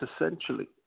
essentially